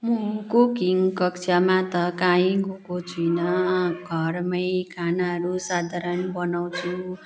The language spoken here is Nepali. म कुकिङ कक्षामा त काहीँ गएको छुइनँ घरमै खानाहरू साधारण बनाउँछु